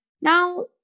Now